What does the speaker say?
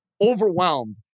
Overwhelmed